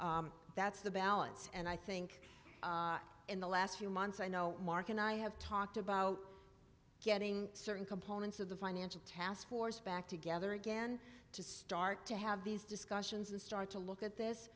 homeowner that's the balance and i think in the last few months i know mark and i have talked about getting certain components of the financial task force back together again to start to have these discussions and start to look at this